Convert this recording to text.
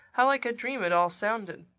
how like a dream it all sounded!